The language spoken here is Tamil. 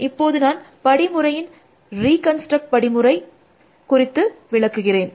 இப்போது நான் படிமுறையின் ரீகன்ஸ்ட்ரக்ட் படிமுறை குறித்து விளக்குகிறேன்